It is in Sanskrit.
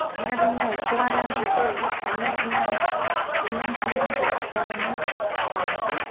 भिन्नभिन उत्सवानां कृते भिन्नभिन्नं भिन्नं भिन्नं खाद्यानि भवन्ति